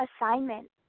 assignment